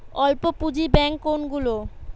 অল্প পুঁজি ব্যাঙ্ক কোনগুলি?